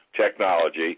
technology